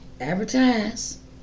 Advertise